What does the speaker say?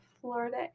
Florida